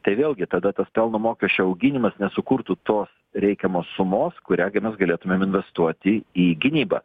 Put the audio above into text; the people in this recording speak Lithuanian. tai vėlgi tada tas pelno mokesčio auginimas nesukurtų tos reikiamos sumos kurią mes galėtumėm investuoti į gynybą